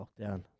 lockdown